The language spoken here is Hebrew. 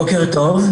בוקר טוב.